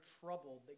troubled